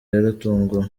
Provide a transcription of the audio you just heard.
yaratunguwe